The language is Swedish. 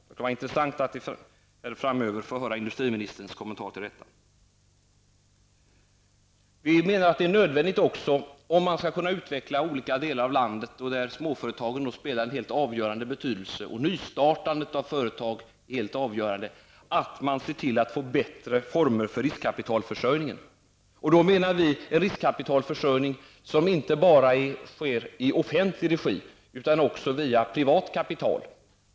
Det kunde vara intressant att få höra industriministerns kommentar till detta. Om man skall kunna utveckla olika delar av landet -- för vilket småföretagandet och nystartandet av företag har en helt avgörande betydelse -- är det också nödvändigt att se till att få bättre former för riskkapitalförsörjningen. Vi menar att denna riskkapitalförsörjning inte bara skall ske i offentlig regi utan också via privat kapital.